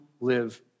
live